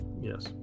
yes